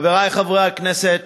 חברי חברי הכנסת,